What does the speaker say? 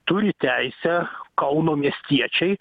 turi teisę kauno miestiečiai